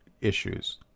issues